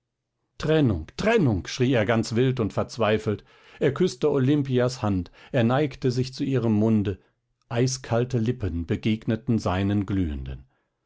trennung trennung schrie er ganz wild und verzweifelt er küßte olimpias hand er neigte sich zu ihrem munde eiskalte lippen begegneten seinen glühenden